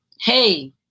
Hey